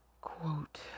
Quote